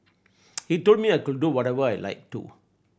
he told me I could do whatever I like too